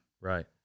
right